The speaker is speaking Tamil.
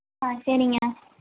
ஆ சரிங்க